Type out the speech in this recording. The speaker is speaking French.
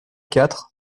quatre